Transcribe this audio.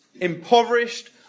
impoverished